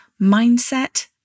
mindset